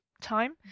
time